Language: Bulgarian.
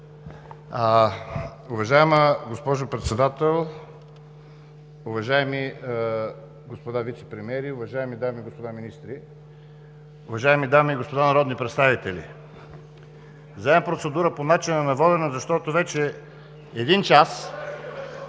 Уважаема госпожо Председател, уважаеми господа вицепремиери, уважаеми дами и господа министри, уважаеми дами и господа народни представители! Вземам процедура по начина на водене, защото вече един час